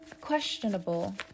questionable